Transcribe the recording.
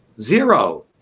Zero